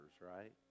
right